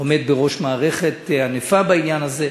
עומד בראש מערכת ענפה בעניין הזה.